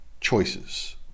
choices